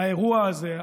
האירוע הזה,